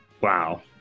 Wow